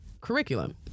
curriculum